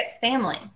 family